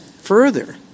further